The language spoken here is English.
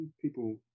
people